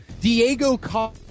diego